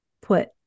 put